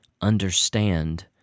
understand